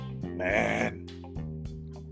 Man